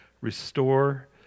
restore